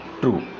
true